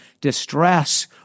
distress